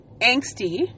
angsty